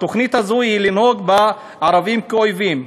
התוכנית הזו היא לנהוג בערבים כאויבים.